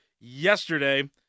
yesterday